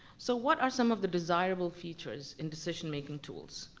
so what are some of the desirable features in decision making tools?